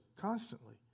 constantly